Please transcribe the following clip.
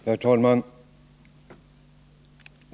Herr talman!